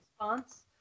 response